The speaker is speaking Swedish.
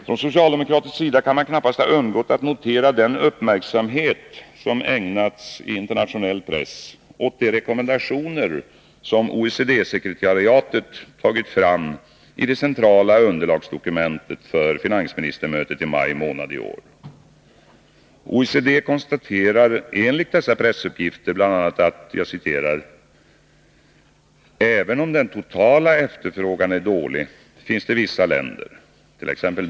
Från socialdemokratisk sida kan man knappast ha undgått att notera den uppmärksamhet som i internationell press ägnats åt de rekommendationer som OECD-sekretariatet tagit fram i det centrala underlagsdokumentet för finansministermötet i maj månad i år. OECD konstaterar enligt dessa pressuppgifter bl.a. att ”även om den totala efterfrågan är dålig finns det vissa länder —t.ex.